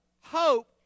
hope